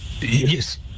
Yes